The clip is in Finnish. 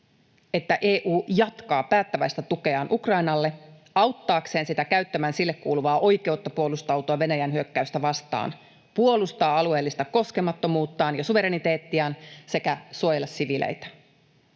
että EU jatkaa päättäväistä tukeaan Ukrainalle auttaakseen sitä käyttämään sille kuuluvaa oikeutta puolustautua Venäjän hyökkäystä vastaan, puolustaa alueellista koskemattomuuttaan ja suvereniteettiaan sekä suojella siviileitä.